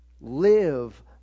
live